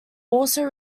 also